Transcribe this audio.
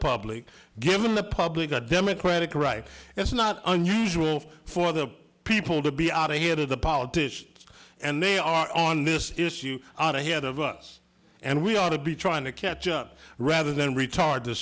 public giving the public the democratic right it's not unusual for the people to be out ahead of the politicians and they are on this issue head of us and we ought to be trying to catch up rather than retard t